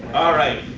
alright.